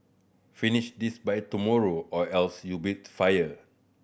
finish this by tomorrow or else you'll be fired